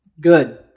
Good